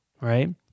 right